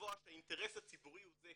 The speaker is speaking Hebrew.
לקבוע שהאינטרס הציבורי הוא זה,